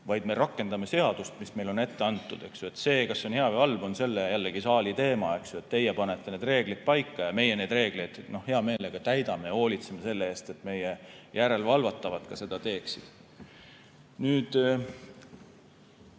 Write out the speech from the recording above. vaid me rakendame seadust, mis meile on ette antud. See, kas see on hea või halb, on selle saali teema, eks ju. Teie panete need reeglid paika ja meie neid reegleid hea meelega täidame ja hoolitseme selle eest, et meie järelevalvatavad ka seda teeksid.